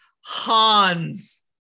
Hans